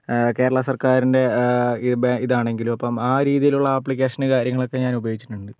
കേരള സർക്കാരിൻറ്റെ ബേ ഇതാണെങ്കിലും അപ്പം ആ രീതിയിലുള്ള ആപ്ലിക്കേഷനും കാര്യങ്ങളൊക്കേ ഞാൻ ഉപയോഗിച്ചിട്ടുണ്ട്